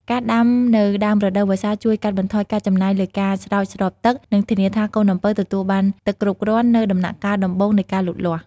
ការដាំនៅដើមរដូវវស្សាជួយ កាត់បន្ថយការចំណាយលើការស្រោចស្រពទឹក និងធានាថាកូនអំពៅទទួលបានទឹកគ្រប់គ្រាន់នៅដំណាក់កាលដំបូងនៃការលូតលាស់។